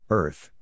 Earth